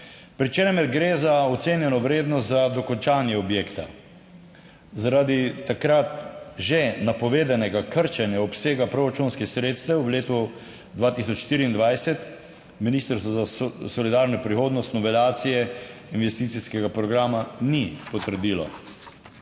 pri čemer gre za ocenjeno vrednost za dokončanje objekta. Zaradi takrat že napovedanega krčenja obsega proračunskih sredstev v letu 2024, Ministrstvo za solidarno prihodnost novelacije investicijskega programa ni potrdilo.